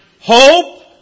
hope